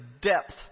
depth